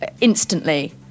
instantly